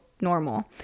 normal